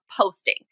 posting